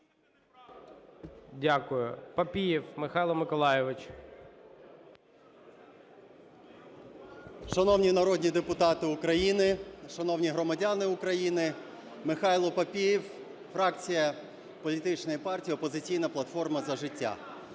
Дякую. Папієв Михайло Миколайович. 16:58:10 ПАПІЄВ М.М. Шановні народні депутати України, шановні громадяни України! Михайло Папієв, фракція політичної партії "Опозиційна платформа - За життя".